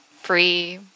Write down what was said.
free